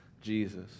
Jesus